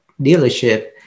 dealership